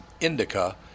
indica